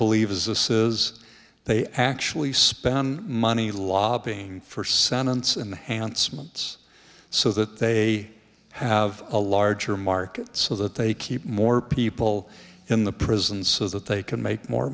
believe as a says they actually spend money lobbying for sentence and hants months so that they have a larger market so that they keep more people in the prison so that they can make more